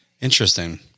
Interesting